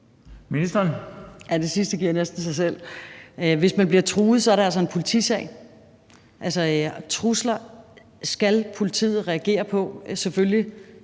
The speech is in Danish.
Ja, det sidste giver næsten sig selv. Hvis man bliver truet, er det altså en politisag. Trusler skal politiet selvfølgelig